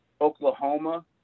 Oklahoma